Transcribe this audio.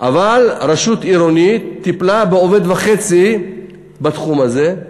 אבל רשות עירונית טיפלה עם עובד וחצי בתחום הזה,